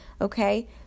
okay